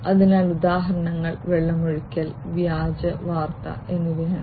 അതിനാൽ ഉദാഹരണങ്ങൾ വെള്ളമൊഴിക്കൽ വ്യാജവാർത്ത എന്നിവയാണ്